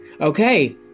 Okay